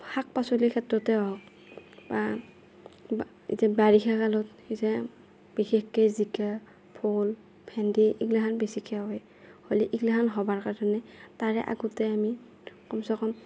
শাক পাচলিৰ ক্ষেত্ৰতে হওক বা এতিয়া বাৰিষা কালত যে বিশেষকৈ জিকা ভোল ভেন্দি এইগ্লাখান বেছিকৈ হয় হ'লে এইগ্লাখান হ'বৰ কাৰণে তাৰে আগতে আমি কমচে কম